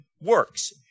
works